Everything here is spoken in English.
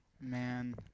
Man